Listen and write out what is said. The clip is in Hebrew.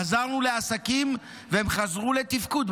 עזרנו לעסקים והם חזרו לתפקוד.